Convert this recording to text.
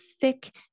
thick